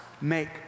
make